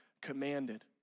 commanded